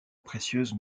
précieuse